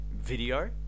video